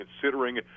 considering